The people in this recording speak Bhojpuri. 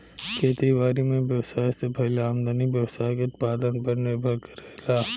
खेती बारी में व्यवसाय से भईल आमदनी व्यवसाय के उत्पादन पर निर्भर करेला